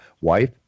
wife